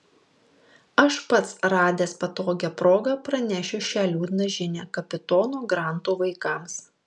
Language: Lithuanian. aš pats radęs patogią progą pranešiu šią liūdną žinią kapitono granto vaikams